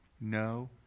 No